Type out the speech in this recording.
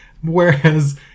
whereas